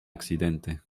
accidente